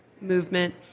movement